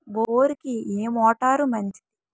బోరుకి ఏ మోటారు మంచిది?